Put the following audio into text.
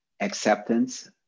acceptance